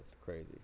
Crazy